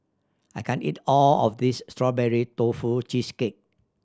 I can't eat all of this Strawberry Tofu Cheesecake